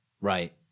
Right